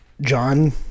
John